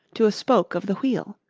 to a spoke of the wheel.